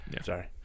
Sorry